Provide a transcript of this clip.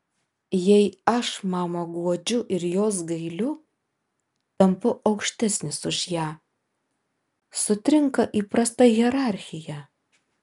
jei aš mamą guodžiu ir jos gailiu tampu aukštesnis už ją sutrinka įprasta hierarchija